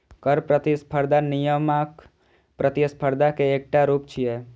कर प्रतिस्पर्धा नियामक प्रतिस्पर्धा के एकटा रूप छियै